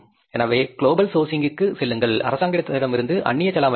எனவே குளோபல் சோர்ஸ்சிங்கிற்கு செல்லுங்கள் அரசாங்கத்திடமிருந்து அந்நிய செலாவணி கிடைக்கும்